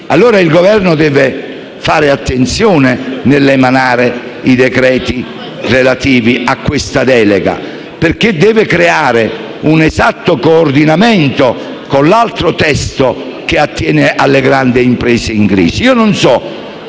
il Governo deve fare attenzione nell'emanare i decreti relativi a questa delega, perché deve creare un esatto coordinamento con l'altro testo, che attiene alle grandi imprese in crisi.